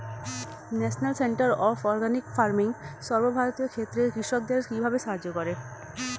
National centre of organic farming সর্বভারতীয় ক্ষেত্রে কৃষকদের কিভাবে সাহায্য করে?